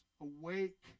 awake